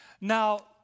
Now